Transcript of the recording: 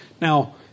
Now